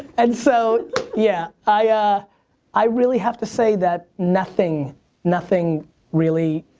and so yeah i ah i really have to say that nothing nothing really